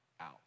out